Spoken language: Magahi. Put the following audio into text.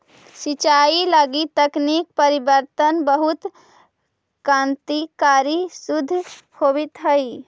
सिंचाई लगी तकनीकी परिवर्तन बहुत क्रान्तिकारी सिद्ध होवित हइ